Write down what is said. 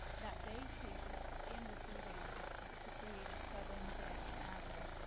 that day's cases and the three days after to create a seven day average,